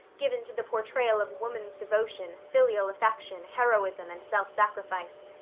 given to the portrayal of woman's devotion, filial affection, heroism, and self-sacrifice.